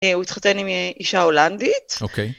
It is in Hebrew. ‫הוא התחתן עם אישה הולנדית. ‫-אוקיי.